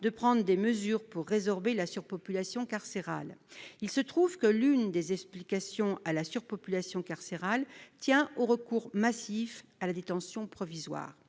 de prendre des mesures pour résorber la surpopulation carcérale. Il se trouve que l'une des explications de la surpopulation carcérale tient au recours massif à la détention provisoire.